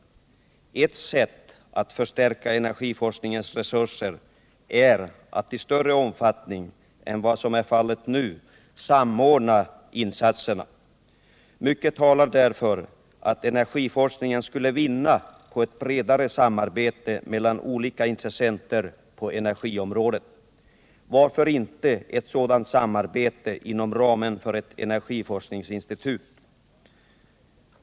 Ett sätt att förstärka energiforskningens resurser är att i större omfattning än vad som nu är fallet samordna insatserna. Mycket talar för att energiforskningen skulle vinna på ett bredare samarbete mellan olika intressenter på energiområdet. Varför inte bedriva ett sådant samarbete inom ramen för ett energiforskningsinstitut?